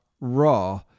RAW